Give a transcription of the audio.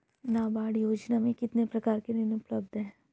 नाबार्ड योजना में कितने प्रकार के ऋण उपलब्ध हैं?